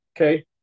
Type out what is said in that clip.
okay